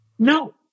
No